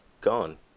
gone